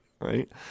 right